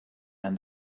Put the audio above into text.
and